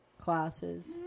classes